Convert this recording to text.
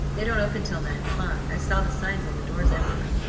they don't open till nine o'clock. i saw the signs on the doors everywhere.